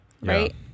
right